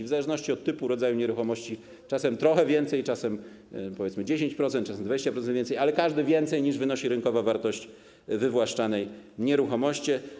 W zależności od typu, rodzaju nieruchomości czasem trochę więcej, czasem, powiedzmy 10%, czasem 20% więcej, ale każdy więcej, niż wynosi rynkowa wartość wywłaszczanej nieruchomości.